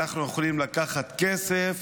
אנחנו יכולים לקחת כסף